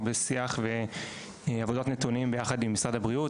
בשיח ועבודת נתונים ביחד עם משרד הבריאות,